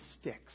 sticks